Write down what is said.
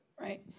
right